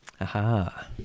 Aha